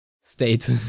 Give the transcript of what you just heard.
state